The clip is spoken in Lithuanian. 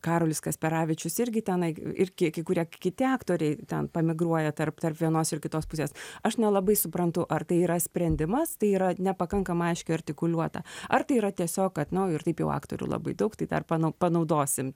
karolis kasperavičius irgi tenai ir kie kai kurie kiti aktoriai ten pamigruoja tarp tarp vienos ir kitos pusės aš nelabai suprantu ar tai yra sprendimas tai yra nepakankamai aiškiai artikuliuota ar tai yra tiesiog kad nu ir taip jau aktorių labai daug tai tarpą nuo panaudosim